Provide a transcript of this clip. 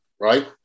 right